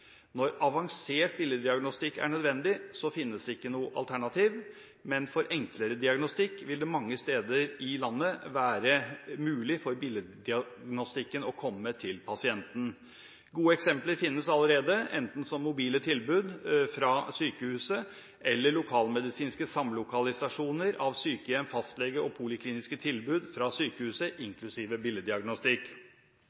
Når avansert billeddiagnostikk er nødvendig, så finnes ikke noe alternativ. Men for enklere diagnostikk vil det mange steder i landet være mulig for billeddiagnostikken å komme til pasienten. Gode eksempler finnes allerede, enten som mobile tilbud fra sykehuset eller lokalmedisinske samlokalisasjoner av sykehjem, fastlege og polikliniske tilbud fra sykehuset